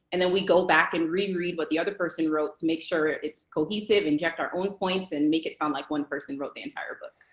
and then we go back and reread what the other person wrote to make sure it's cohesive, inject our own points, and make it sound like one person wrote the entire book.